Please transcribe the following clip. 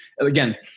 Again